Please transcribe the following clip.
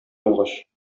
булгач